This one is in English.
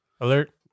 Alert